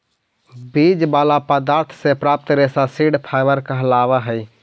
बीज वाला पदार्थ से प्राप्त रेशा सीड फाइबर कहलावऽ हई